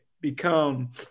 become